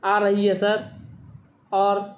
آ رہی ہے سر اور